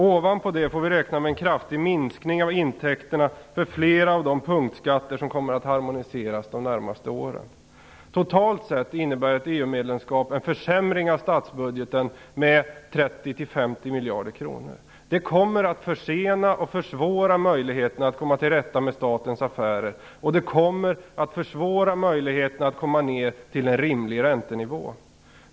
Ovanpå det får vi räkna med en kraftig minskning av intäkterna från flera av de punktskatter som kommer att harmoniseras de närmaste åren. Totalt sett innebär ett EU-medlemskap en försämring av statsbudgeten med 30-50 miljarder kronor. Det kommer att försena och försvåra möjligheterna att komma till rätta med statens affärer. Det kommer att försvåra möjligheterna att komma ner till en rimlig räntenivå.